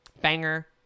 Banger